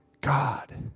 God